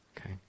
okay